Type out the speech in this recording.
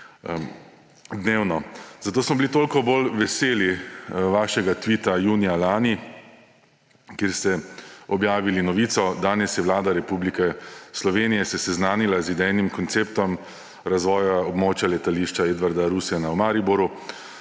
dnevno. Zato smo bili toliko bolj veseli vašega tvita junija lani, kjer ste objavili novico, » Vlada Republike Slovenije se je danes seznanila z idejnim konceptom razvoja območja Letališča Edvarda Rusjana v Mariboru